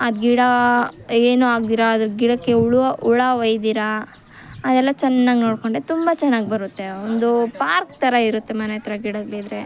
ಆ ಗಿಡ ಏನು ಆಗ್ದಿರಾ ಆ ಗಿಡಕ್ಕೆ ಉಳುವ ಹುಳ ಒಯ್ದಿರಾ ಅದೆಲ್ಲ ಚೆನ್ನಾಗಿ ನೋಡ್ಕೊಂಡ್ರೆ ತುಂಬ ಚೆನ್ನಾಗಿ ಬರುತ್ತೆ ಒಂದು ಪಾರ್ಕ್ ಥರ ಇರುತ್ತೆ ಮನೆ ಹತ್ರ ಗಿಡಗಳಿದ್ರೆ